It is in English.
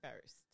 first